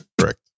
Correct